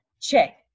check